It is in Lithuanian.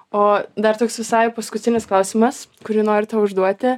o dar toks visai paskutinis klausimas kurį noriu tau užduoti